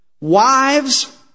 Wives